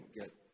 get